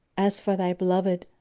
as for thy beloved,